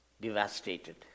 Devastated